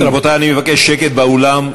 רבותי, אני מבקש שקט באולם.